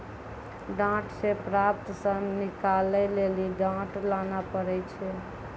डांट से प्राप्त सन निकालै लेली डांट लाना पड़ै छै